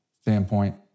standpoint